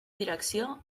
direcció